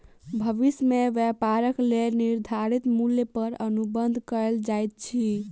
भविष्य में व्यापारक लेल निर्धारित मूल्य पर अनुबंध कएल जाइत अछि